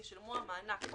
לפי העניין.